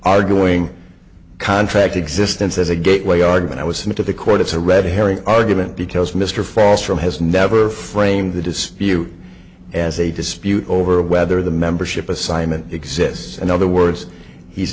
arguing contract existence as a gateway argument i was sent to the court it's a red herring argument because mr falls from has never framed the dispute as a dispute over whether the membership assignment exists in other words he's